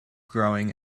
growing